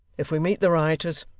if we meet the rioters,